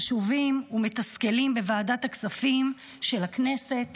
חשובים ומתסכלים בוועדת הכספים של הכנסת